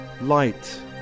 light